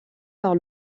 par